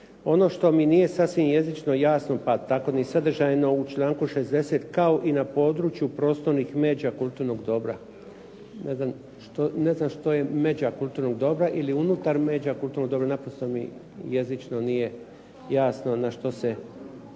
Ono što mi nije sasvim jezično jasno, pa tako ni sadržajno, u članku 60. kao i na području prostornih međa kulturnog dobra. Ne znam što je međa kulturnog dobra ili unutar međa kulturnog dobra. Naprosto mi jezično nije jasno na što se